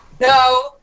No